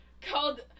Called